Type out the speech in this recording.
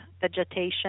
vegetation